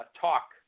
talk